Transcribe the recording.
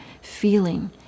feeling